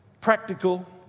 practical